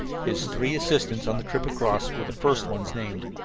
his three assistants on the trip across were the first ones named.